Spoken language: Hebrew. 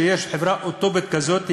שיש חברה אוטופית כזאת,